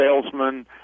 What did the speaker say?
salesman